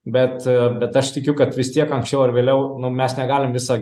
bet bet aš tikiu kad vis tiek anksčiau ar vėliau nu mes negalim visą